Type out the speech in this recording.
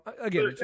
again